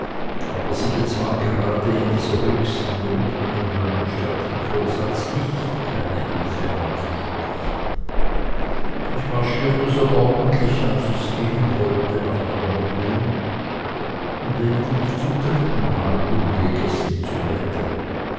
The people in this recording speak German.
aber sie bezwang gerade in dieser höchsten not meinen neubestärkten vorsatz nicht keine hilfe anzusprechen ich marschierte so ordentlich als es gehen wollte nach meiner wohnung und legte mich zum dritten male ungegessen zu bette